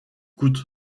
coûte